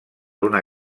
una